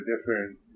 different